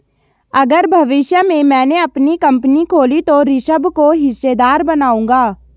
अगर भविष्य में मैने अपनी कंपनी खोली तो ऋषभ को हिस्सेदार बनाऊंगा